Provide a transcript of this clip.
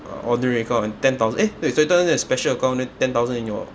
uh ordinary account and ten thou~ eh twenty thousand in your special account then ten thousand in your